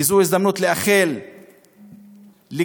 וזו הזדמנות לאחל לכולכם,